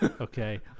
okay